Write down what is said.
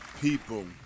people